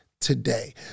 today